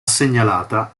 segnalata